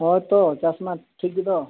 ᱦᱳᱭ ᱛᱚ ᱪᱟᱥᱢᱟ ᱴᱷᱤᱠ ᱜᱮᱭᱟ